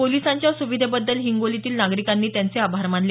पोलिसांच्या सुविधेबद्दल हिंगोलीतील नागरिकांनी त्यांचे आभार मानले